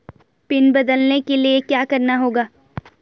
Pin बदलने के लिए क्या करना होगा?